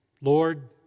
Lord